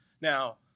Now